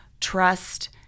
trust